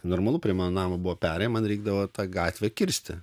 normalu prie mano namo buvo perėja man reikdavo tą gatvę kirsti